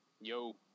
Yo